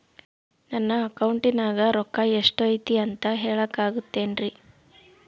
ನನ್ನ ಅಕೌಂಟಿನ್ಯಾಗ ರೊಕ್ಕ ಎಷ್ಟು ಐತಿ ಅಂತ ಹೇಳಕ ಆಗುತ್ತೆನ್ರಿ?